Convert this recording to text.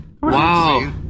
Wow